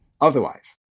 otherwise